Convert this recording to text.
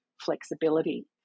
flexibility